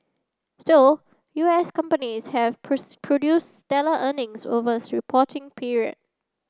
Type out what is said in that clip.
still U S companies have produced stellar earnings over reporting period